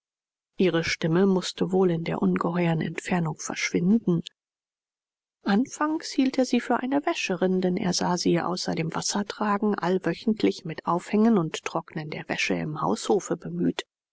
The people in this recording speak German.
ihre stimme mußte wohl in der ungeheuern entfernung verschwinden anfangs hielt er sie für eine wäscherin denn er sah sie außer dem wassertragen allwöchentlich mit aufhängen und trocknen der wäsche im haushofe bemüht